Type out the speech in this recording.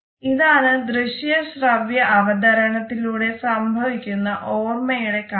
ഇതാണ് ദൃശ്യ ശ്രവ്യ അവതരണത്തിലൂടെ സംഭവിക്കുന്ന ഓർമ്മയുടെ കാരണം